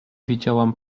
widziałam